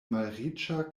malriĉa